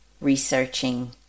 researching